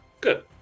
good